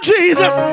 Jesus